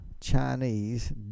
Chinese